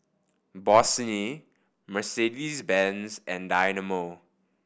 Bossini Mercedes Benz and Dynamo